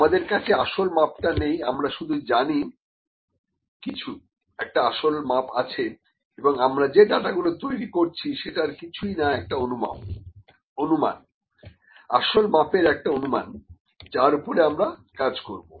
আমাদের কাছে আসল মাপটা নেই আমরা শুধু জানি কিছু একটা আসল মাপ আছে এবং আমরা যে ডাটাগুলো তৈরি করছি সেটা আর কিছুই না একটা অনুমান আসল মাপের একটা অনুমান যার ওপরে আমরা কাজ করব